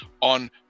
on